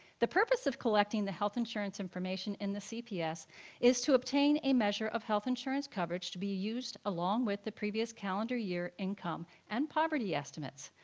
the purpose of collecting the health insurance information in the cps is to obtain a measure of health insurance coverage to be used along with the previous calendar year income and poverty estimates,